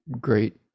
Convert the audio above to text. great